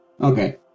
Okay